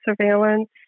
surveillance